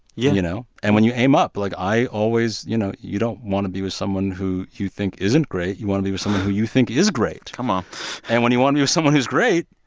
yeah you know? and when you aim up like, i always you know, you don't want to be with someone who you think isn't great. you want to be with someone who you think is great come on and when you want to be with someone who's great,